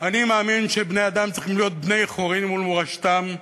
אני מאמין שבני-אדם צריכים להיות בני-חורין מול מורשתם,